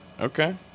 Okay